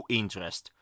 interest